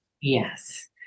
Yes